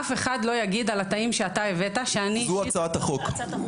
אף אחד לא יגיד על התאים שאתה הבאת --- זו הצעת החוק.